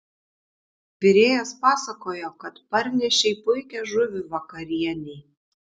virėjas pasakojo kad parnešei puikią žuvį vakarienei